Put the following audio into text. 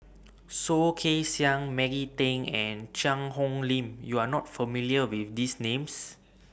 Soh Kay Siang Maggie Teng and Cheang Hong Lim YOU Are not familiar with These Names